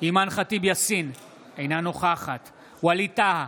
אימאן ח'טיב יאסין, אינה נוכחת ווליד טאהא,